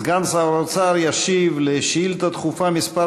סגן שר האוצר ישיב על שאילתה דחופה מס'